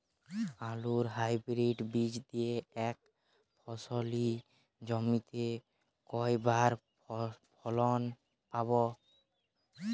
আলুর হাইব্রিড বীজ দিয়ে এক ফসলী জমিতে কয়বার ফলন পাব?